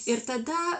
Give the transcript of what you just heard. ir tada